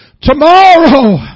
Tomorrow